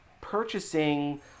purchasing